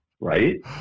Right